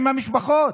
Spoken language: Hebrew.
עם המשפחות,